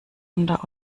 unter